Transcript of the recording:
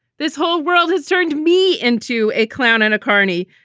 this whole world has turned me into a clown and akani,